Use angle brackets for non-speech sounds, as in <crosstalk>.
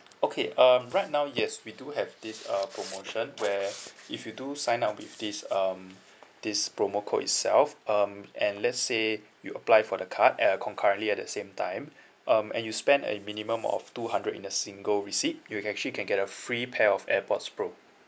okay um right now yes we do have this uh <noise> promotion where if you do sign up with this um this promo code itself um and let's say you apply for the card at a concurrently at the same time <breath> um and you spend a minimum of two hundred in a single receipt you can actually can get a free pair of airpods pro